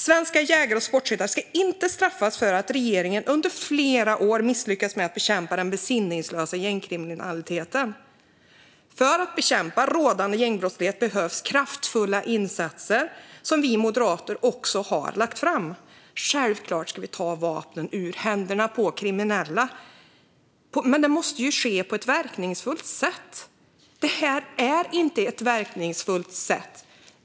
Svenska jägare och sportskyttar ska inte straffas för att regeringen under flera år har misslyckats med att bekämpa den besinningslösa gängkriminaliteten. För att bekämpa rådande gängbrottslighet behövs kraftfulla insatser som vi moderater också har lagt fram förslag om. Självklart ska vi ta vapnen ur händerna på kriminella, men det måste ske på ett verkningsfullt sätt. Det här är inte ett verkningsfullt sätt.